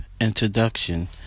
introduction